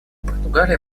португалия